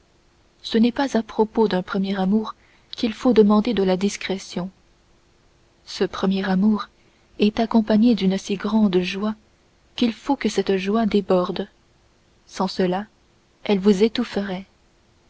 ce n'est pas à propos d'un premier amour qu'il faut demander de la discrétion ce premier amour est accompagné d'une si grande joie qu'il faut que cette joie déborde sans cela elle vous étoufferait